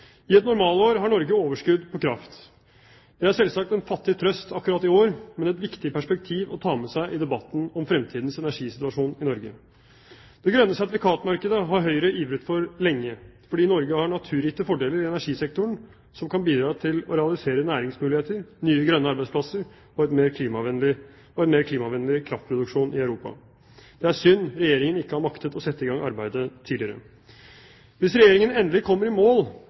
I et normalår har Norge overskudd på kraft. Det er selvsagt en fattig trøst akkurat i år, men et viktig perspektiv å ta med seg i debatten om fremtidens energisituasjon i Norge. Det grønne sertifikatmarkedet har Høyre ivret for lenge, fordi Norge har naturgitte fordeler i energisektoren som kan bidra til å realisere næringsmuligheter, nye grønne arbeidsplasser og en mer klimavennlig kraftproduksjon i Europa. Det er synd Regjeringen ikke har maktet å sette i gang arbeidet tidligere. Hvis Regjeringen endelig kommer i mål